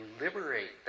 liberate